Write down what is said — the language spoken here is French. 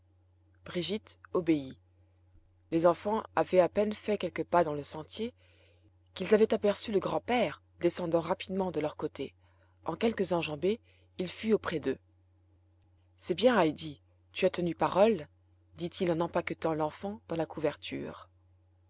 brigitte obéit les enfants avaient à peine fait quelques pas dans le sentier qu'ils avaient aperçu le grand-père descendant rapidement de leur côté en quelques enjambées il fut auprès d'eux c'est bien heidi tu as tenu parole dit-il en empaquetant l'enfant dans la couverture